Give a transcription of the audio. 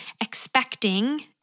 expecting